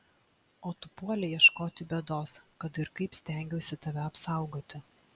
o tu puolei ieškoti bėdos kad ir kaip stengiausi tave apsaugoti